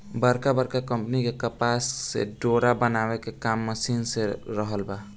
बड़का बड़का कंपनी कपास से डोरा बनावे के काम मशीन से कर रहल बा